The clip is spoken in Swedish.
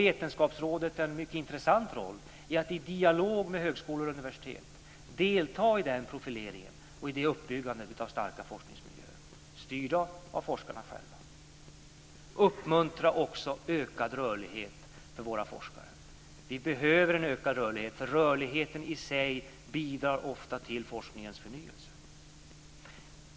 Vetenskapsrådet får då en mycket intressant roll i att dialog med högskolor och universitet delta i profileringen och uppbyggandet av starka forskningsmiljöer styrda av forskarna själva. Vi ska också uppmuntra ökad rörlighet för våra forskare. Vi behöver en ökad rörlighet. Rörligheten i sig bidrar ofta till forskningens förnyelse.